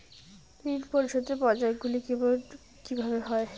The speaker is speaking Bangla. ঋণ পরিশোধের পর্যায়গুলি কেমন কিভাবে হয়?